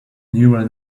neural